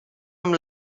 amb